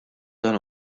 dan